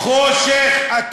חושך.